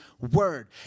word